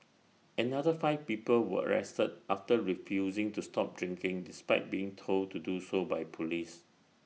another five people were arrested after refusing to stop drinking despite being told to do so by Police